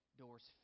doors